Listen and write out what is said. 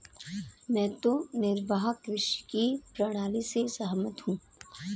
मैं तो निर्वाह कृषि की प्रणाली से सहमत हूँ